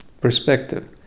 perspective